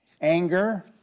anger